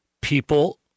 people